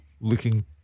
Looking